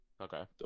Okay